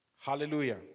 Hallelujah